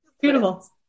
Beautiful